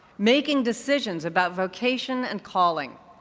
making decision about vocation and calling.